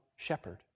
shepherd